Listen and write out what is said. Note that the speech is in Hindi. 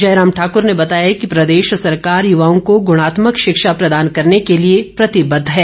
जयराम ठाकुर ने बताया कि प्रदेश सरकार युवाओं को गुणात्मक शिक्षा प्रदान करने के लिए प्रतिबद्ध है